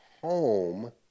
home